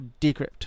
Decrypt